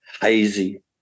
hazy